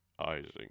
Ising